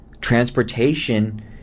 Transportation